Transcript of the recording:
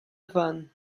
van